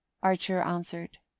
archer answered.